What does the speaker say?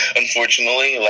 unfortunately